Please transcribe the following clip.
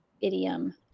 idiom